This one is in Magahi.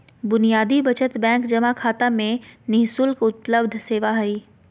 बुनियादी बचत बैंक जमा खाता में नि शुल्क उपलब्ध सेवा हइ